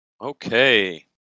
Okay